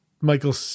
Michael